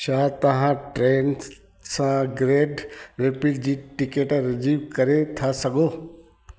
छा तव्हां ट्रेन सां ग्रेट रेपि जी टिकट रिज़िव करे था सघो